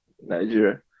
nigeria